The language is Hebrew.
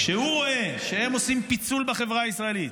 כשהוא רואה שהם עושים פיצול בחברה הישראלית,